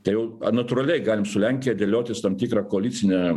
tai jau natūraliai galim su lenkija dėliotis tam tikrą koalicinę